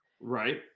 Right